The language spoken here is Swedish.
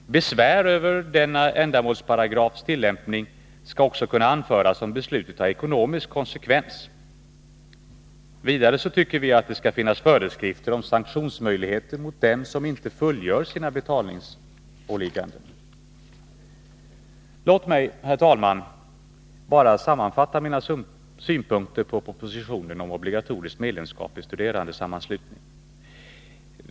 Besvär över ändamålsparagrafens tillämpning skall också kunna anföras om beslutet har ekonomisk konsekvens. Vidare tycker vi att det skall finnas föreskrifter om sanktionsmöjligheter mot dem som inte fullgör sina betalningsåligganden. / Låt mig, herr talman, bara sammanfatta mina synpunkter på propositionen om obligatoriskt medlemskap i studerandesammanslutning.